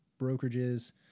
brokerages